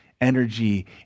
energy